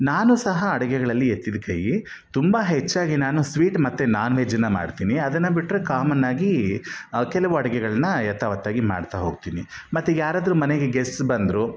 ನಾನು ಸಹ ಅಡುಗೆಗಳಲ್ಲಿ ಎತ್ತಿದ ಕೈಯಿ ತುಂಬ ಹೆಚ್ಚಾಗಿ ನಾನು ಸ್ವೀಟ್ ಮತ್ತು ನಾನ್ ವೆಜ್ಜನ್ನ ಮಾಡ್ತೀನಿ ಅದನ್ನು ಬಿಟ್ಟರೆ ಕಾಮನ್ನಾಗಿ ಕೆಲವು ಅಡುಗೆಗಳ್ನ ಯಥಾವತ್ತಾಗಿ ಮಾಡ್ತಾ ಹೋಗ್ತೀನಿ ಮತ್ತು ಯಾರಾದರೂ ಮನೆಗೆ ಗೆಸ್ಟ್ಸ್ ಬಂದರು